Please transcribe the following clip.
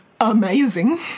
amazing